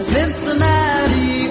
Cincinnati